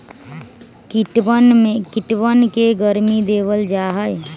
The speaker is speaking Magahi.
कीटवन के गर्मी देवल जाहई